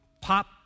pop